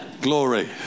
Glory